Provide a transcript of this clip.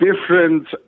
different